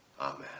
Amen